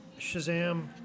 shazam